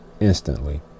instantly